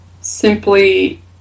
simply